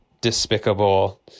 despicable